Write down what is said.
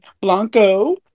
Blanco